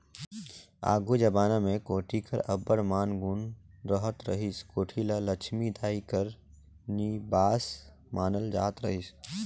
आघु जबाना मे कोठी कर अब्बड़ मान गुन रहत रहिस, कोठी ल लछमी दाई कर निबास मानल जात रहिस